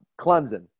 Clemson